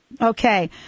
Okay